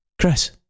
Chris